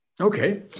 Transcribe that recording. Okay